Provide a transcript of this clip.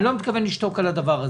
אני לא מתכוון לשתוק על הדבר הזה,